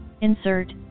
Insert